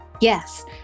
Yes